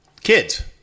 kids